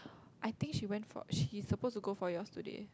I think she went for she is suppose to go for yours today